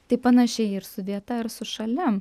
taip panašiai ir su vieta ir su šalia